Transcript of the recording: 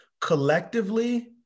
collectively